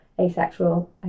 asexual